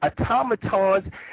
automatons